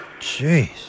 Jeez